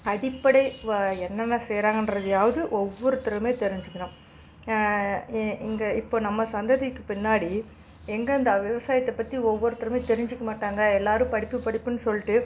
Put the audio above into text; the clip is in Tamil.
அடிப்படை என்னென்ன செய்கிறாங்கன்றதையாவது ஒவ்வொருத்தருமே தெரிஞ்சுக்கிணும் இ இங்கே இப்போ நம்ம சந்ததிக்கு பின்னாடி எங்கே அந்த விவசாயத்தை பற்றி ஒவ்வொருத்தருமே தெரிஞ்சுக்க மாட்டாங்கள் எல்லோரும் படிப்பு படிப்புனு சொல்லிட்டு